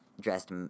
dressed